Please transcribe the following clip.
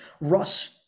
Russ